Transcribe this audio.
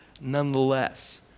nonetheless